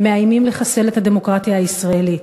מאיימים לחסל את הדמוקרטיה הישראלית.